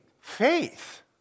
faith